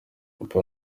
papa